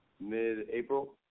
mid-April